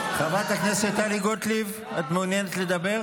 חברת הכנסת טלי גוטליב, את מעוניינת לדבר?